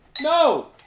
No